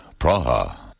Praha